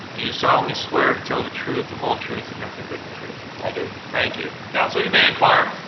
do you solemnly swear to tell the truth, the whole truth and nothing but the truth? i do. thank you. counsel, you may enquire.